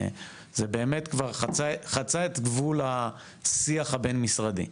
זה באמת כבר חצה את גבול השיח הבין-משרדי,